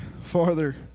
farther